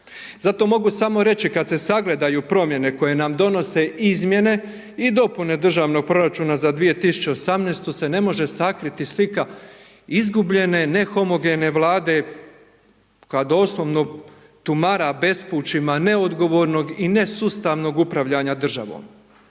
zato mogu samo reći, kada se sagledaju promjene, koje nam donose izmjene i dopune državnog proračuna za 2018. se ne može sakriti, slika izgubljene, nehomogene vlade, koja doslovno tumara bespućima neodgovornog i nesustavnog upravljanja državom.